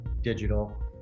digital